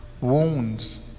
wounds